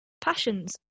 passions